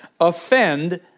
offend